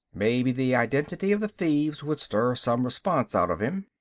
maybe the identity of the thieves would stir some response out of him.